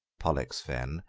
pollexfen,